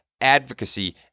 advocacy